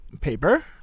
paper